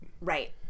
Right